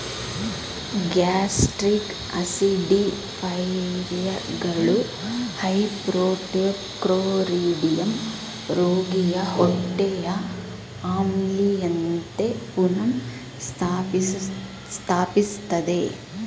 gastric ಆಸಿಡಿಫೈಯರ್ಗಳು hypochlorhydria ರೋಗಿಯ ಹೊಟ್ಟೆಯ ಆಮ್ಲೀಯತೆ ಪುನಃ ಸ್ಥಾಪಿಸ್ತದೆ